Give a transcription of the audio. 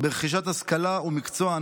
ברכישת השכלה ומקצוע,